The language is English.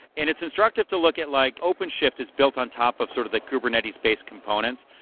and it's instructive to look at like open shift is built on top of sort of the kubernetes base components.